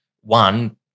one